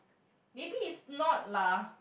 maybe it's not lah